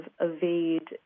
evade